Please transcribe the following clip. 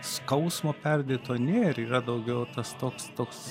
skausmo perdėto nėr yra daugiau tas toks toks